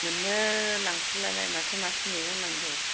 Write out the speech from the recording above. मोनो लांफैबालाय माथो माथो मैगं नांगौ